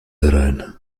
herein